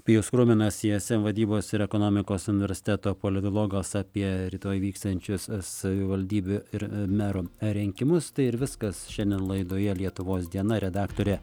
pijus krūminas ism vadybos ir ekonomikos universiteto politologas apie rytoj vyksiančius savivaldybių ir merų rinkimus tai ir viskas šiandien laidoje lietuvos diena redaktorė